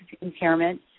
impairment